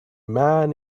man